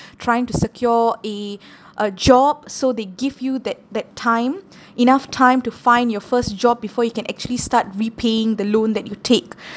trying to secure eh a job so they give you that that time enough time to find your first job before you can actually start repaying the loan that you take